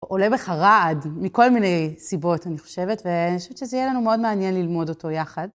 עולה בך רעד מכל מיני סיבות, אני חושבת, ואני חושבת שזה יהיה לנו מאוד מעניין ללמוד אותו יחד.